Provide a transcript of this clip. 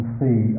see